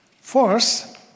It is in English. First